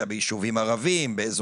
המטפלות,